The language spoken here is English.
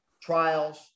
trials